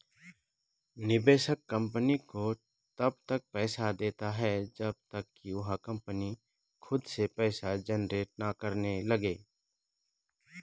निवेशक कंपनी को तब तक पैसा देता है जब तक कि वह कंपनी खुद से पैसा जनरेट ना करने लगे